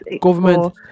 government